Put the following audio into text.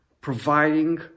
providing